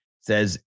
says